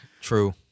True